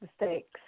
mistakes